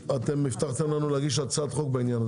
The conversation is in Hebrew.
הבטחתם לנו להגיש הצעת חוק בעניין.